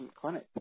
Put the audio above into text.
clinic